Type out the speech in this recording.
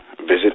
Visit